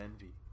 Envy